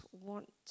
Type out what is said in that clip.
want